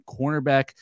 cornerback